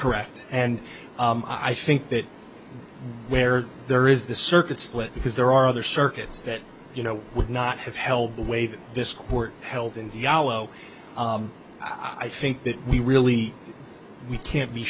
correct and i think that where there is this circuit split because there are other circuits that you know would not have held the way that this court held in diyala oh i think that we really we can't be